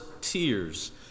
tears